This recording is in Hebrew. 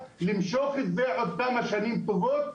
למשוך את זה עוד כמה שנים טובות.